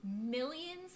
millions